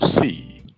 see